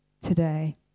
today